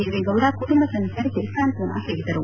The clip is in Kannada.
ದೇವೇಗೌಡ ಕುಟುಂಬ ಸದಸ್ಕರಿಗೆ ಸಾಂತ್ವನ ಹೇಳಿದರು